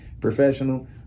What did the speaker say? professional